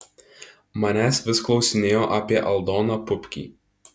manęs vis klausinėjo apie aldoną pupkį